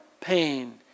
pain